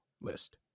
list